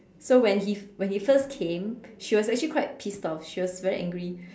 so when he when he first came she was actually quite pissed off she was very angry